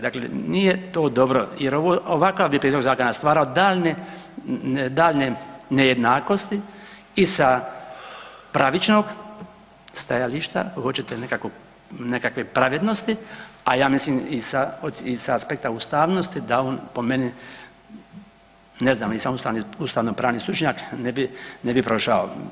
Dakle, nije to dobro jer ovakav bi prijedlog zakona stvarao daljnje, daljnje nejednakosti i sa pravičnog stajališta ako hoćete nekakve pravednosti, a ja mislim i sa aspekta ustavnosti da on po meni ne znam nisam ustavno pravni stručnjak, ne bi, ne bi prošao.